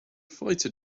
fighter